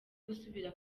gusubira